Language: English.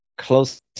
close